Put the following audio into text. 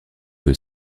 que